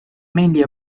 mainly